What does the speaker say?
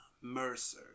Mercer